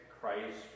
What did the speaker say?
Christ